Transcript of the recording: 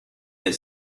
des